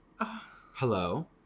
Hello